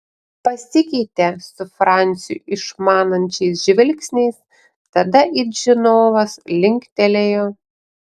pasikeitė su franciu išmanančiais žvilgsniais tada it žinovas linktelėjo